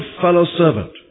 fellow-servant